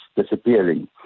disappearing